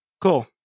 Cool